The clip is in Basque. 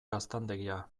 gaztandegia